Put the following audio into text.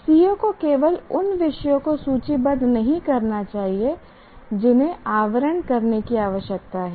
CO को केवल उन विषयों को सूचीबद्ध नहीं करना चाहिए जिन्हें आवरण करने की आवश्यकता है